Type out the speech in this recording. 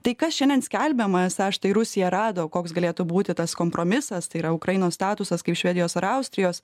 tai kas šiandien skelbiama esą štai rusija rado koks galėtų būti tas kompromisas tai yra ukrainos statusas kaip švedijos ar austrijos